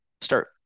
Start